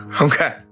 Okay